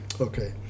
Okay